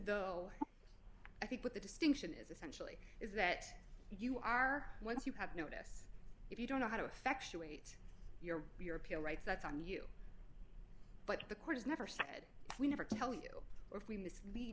though i think what the distinction is essentially is that you are once you have notice if you don't know how to affectionally your european rights that's on you but the court has never said we never tell you or if we mis